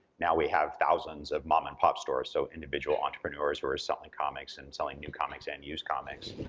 now we have thousands of mom and pop stores, so individual entrepreneurs who are selling comics, and selling new comics and used comics.